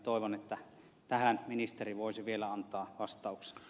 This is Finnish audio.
toivon että tähän ministeri voisi vielä antaa vastauksen